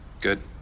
Good